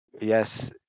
yes